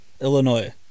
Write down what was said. Illinois